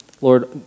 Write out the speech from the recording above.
Lord